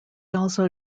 also